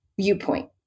viewpoint